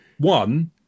One